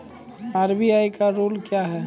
RBI का rule क्या हैं?